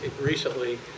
recently